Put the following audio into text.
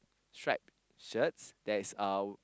stripe shirts that is uh